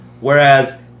Whereas